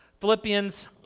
Philippians